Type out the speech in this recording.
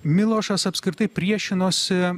milošas apskritai priešinosi